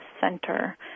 center